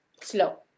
slow